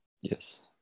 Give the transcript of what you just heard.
Yes